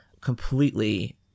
completely